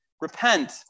repent